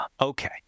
Okay